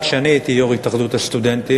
כשאני הייתי יושב-ראש התאחדות הסטודנטים,